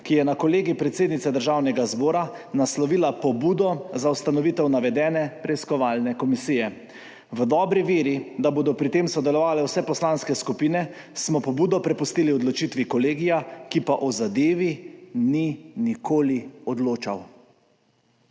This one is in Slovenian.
ki je na Kolegij predsednice Državnega zbora naslovila pobudo za ustanovitev navedene preiskovalne komisije. V dobri veri, da bodo pri tem sodelovale vse poslanske skupine, smo pobudo prepustili odločitvi Kolegija, ki pa o zadevi ni nikoli odločal.